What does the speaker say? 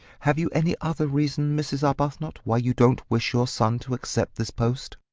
have you any other reason, mrs. arbuthnot, why you don't wish your son to accept this post?